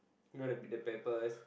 you know the peppers